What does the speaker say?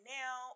now